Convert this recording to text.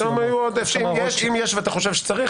אם אתה חושב שצריך